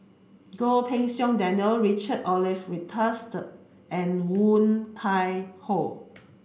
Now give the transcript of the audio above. Goh Pei Siong Daniel Richard Olaf Winstedt and Woon Tai Ho